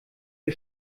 wir